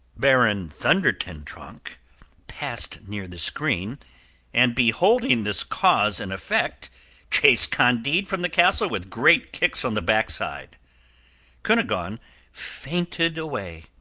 baron thunder-ten-tronckh passed near the screen and beholding this cause and effect chased candide from the castle with great kicks on the backside cunegonde fainted away